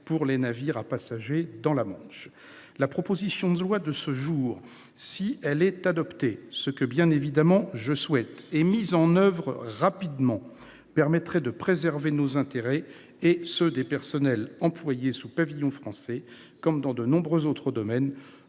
des navires à passagers dans la Manche. La proposition de loi qui nous est aujourd'hui soumise, si elle est adoptée- ce que bien évidemment je souhaite -et mise en oeuvre rapidement, permettrait de préserver nos intérêts et ceux des personnels employés sous pavillon français. Comme dans de nombreux autres domaines,